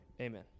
amen